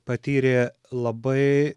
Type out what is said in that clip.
patyrė labai